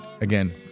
again